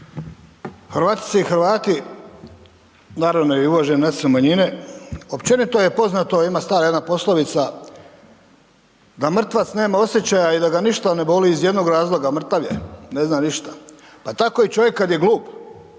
Hrvatice i Hrvati, naravno i uvažene nacionalne manjine, općenito je poznato, ima stara jedna poslovica, da mrtvac nema osjećaja i da ga ništa ne boli iz jednog razloga, mrtav je, ne zna ništa. Pa tako i čovjek kad je glup,